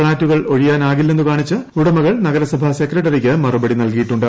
ഫ്ളാറ്റുകൾ ഒഴിയാനാവില്ലെന്ന് കാണിച്ച് ഉടമകൾ നഗരസഭാ സെക്രട്ടറിക്ക് മറുപടി നൽകിയിട്ടുണ്ട്